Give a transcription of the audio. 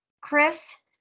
Chris